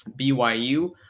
BYU